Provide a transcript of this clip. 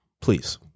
Please